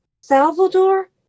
Salvador